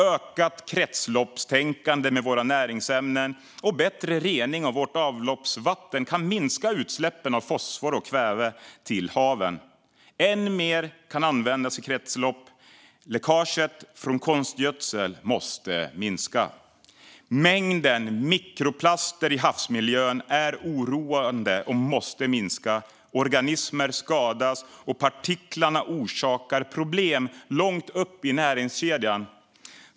Ökat kretsloppstänkande med våra näringsämnen och bättre rening av vårt avloppsvatten kan minska utsläppen av fosfor och kväve till haven. Än mer kan användas i kretslopp, läckaget från konstgödsel måste minska. Mängden mikroplaster i havsmiljön är oroande och måste minska. Organismer skadas, och partiklarna orsakar problem långt upp i näringskedjan.